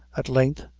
at length,